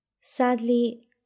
Sadly